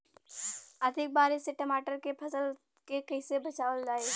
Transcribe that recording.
अधिक बारिश से टमाटर के फसल के कइसे बचावल जाई?